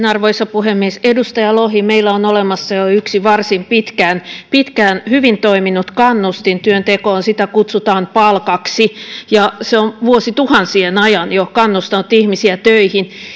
arvoisa puhemies edustaja lohi meillä on jo olemassa yksi varsin pitkään pitkään hyvin toiminut kannustin työntekoon sitä kutsutaan palkaksi se on jo vuosituhansien ajan kannustanut ihmisiä töihin